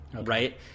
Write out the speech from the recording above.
right